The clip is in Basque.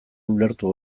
ulertu